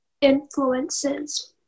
Influences